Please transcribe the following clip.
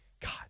God